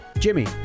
jimmy